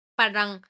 parang